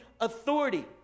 authority